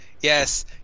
Yes